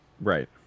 Right